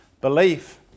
belief